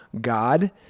God